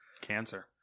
Cancer